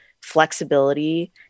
flexibility